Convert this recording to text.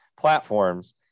platforms